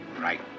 Right